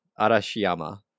Arashiyama